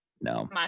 No